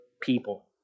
people